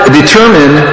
determine